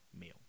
meal